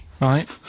right